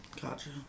Gotcha